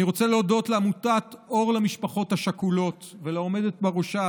אני רוצה להודות לעמותת אור למשפחות השכולות ולעומדת בראשה,